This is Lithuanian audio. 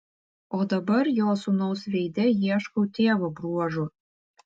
o dabar jo sūnaus veide ieškau tėvo bruožų